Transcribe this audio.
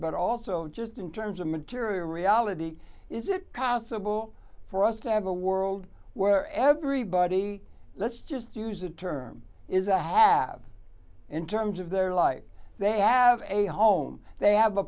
but also just in terms of material reality is it possible for us to have a world where everybody let's just use a term is a have in terms of their life they have a home they have a